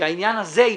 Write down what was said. שהעניין הזה ייפתר.